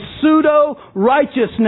pseudo-righteousness